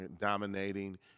dominating